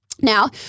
Now